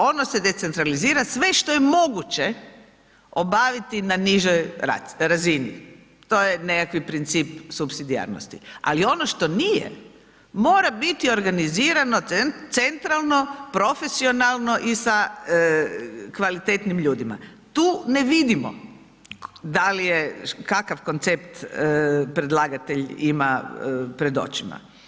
Ono se decentralizira sve što je moguće obaviti na nižoj razini, to je nekakvi princip supsidijarnosti, ali ono što nije, mora biti organizirano centralno profesionalno i sa kvalitetnim ljudima, tu ne vidimo da li je kakav koncept predlagatelj ima pred očima.